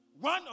one